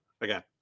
Again